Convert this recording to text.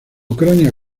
ucrania